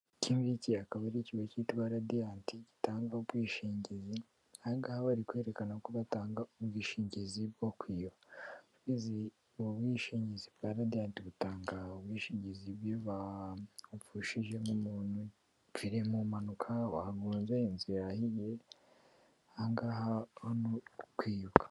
Iki ngiki akaba ari ikigo cyitwa Radiyanti gitanga ubwishingizi. Ahangaha bari kwerekana ko batanga ubwishingizi bwo kwibwa. Ubwo bwishingizi bwa Radiyanti butanga ubwishingizi nk'igihe wapfushije nk'umuntu, wapfiriye mu mpanuka, wagonze, inzu yahiye, aha ngaha haravugwa ubwo kwibwa.